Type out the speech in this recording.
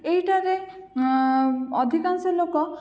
ଏଇଠାରେ ଅଧିକାଂଶ ଲୋକ